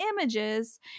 images